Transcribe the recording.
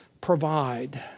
provide